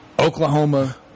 Oklahoma